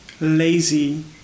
lazy